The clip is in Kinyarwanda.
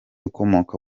ukomoka